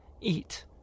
eat